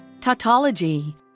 tautology